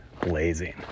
blazing